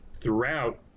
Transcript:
throughout